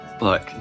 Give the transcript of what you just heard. Look